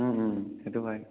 সেইটো হয়